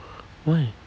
why